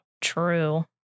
True